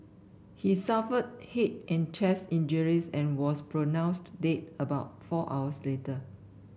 he suffered head and chest injuries and was pronounced dead about four hours later